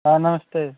हाँ नमस्ते